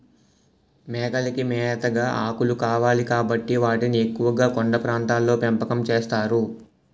మేకలకి మేతగా ఆకులు కావాలి కాబట్టి వాటిని ఎక్కువుగా కొండ ప్రాంతాల్లో పెంపకం చేస్తారు